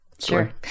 Sure